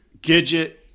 Gidget